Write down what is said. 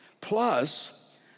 Plus